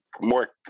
more